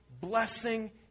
blessing